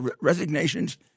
resignations